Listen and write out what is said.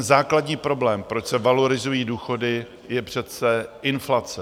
Základní problém, proč se valorizují důchody, je přece inflace.